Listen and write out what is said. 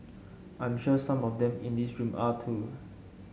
I am sure some of them in this room are too